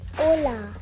Ola